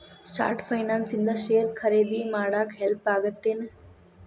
short finance ಇಂದ share ಖರೇದಿ ಮಾಡಾಕ ಹೆಲ್ಪ್ ಆಗತ್ತೇನ್